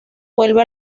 vuelve